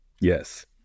Yes